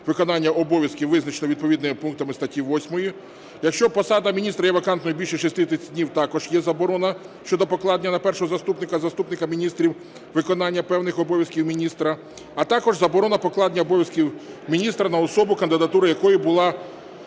виконання обов'язків, визначеними відповідними пунктами статті 8; якщо посада міністра є вакантною більше 60 днів, також є заборона щодо покладення на першого заступника, заступників міністра виконання певних обов'язків міністра; а також заборона покладення обов'язків міністра на особу, кандидатура якої була